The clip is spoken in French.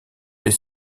des